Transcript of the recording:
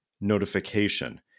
notification